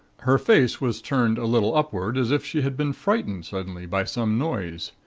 her face was turned a little upward as if she had been frightened suddenly by some noise.